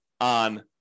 on